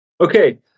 Okay